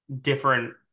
different